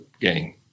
game